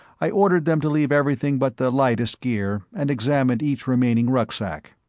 i ordered them to leave everything but the lightest gear, and examined each remaining rucksack.